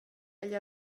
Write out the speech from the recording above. egl